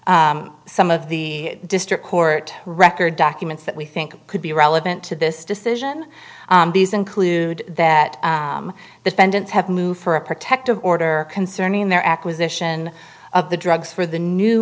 some of the district court record documents that we think could be relevant to this decision these include that the fenton's have moved for a protective order concerning their acquisition of the drugs for the new